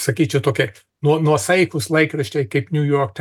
sakyčiau tokie nuo nuosaikūs laikraščiai kaip niujork taims